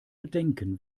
bedenken